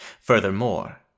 Furthermore